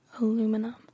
aluminum